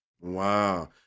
Wow